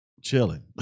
chilling